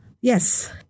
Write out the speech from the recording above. Yes